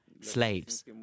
slaves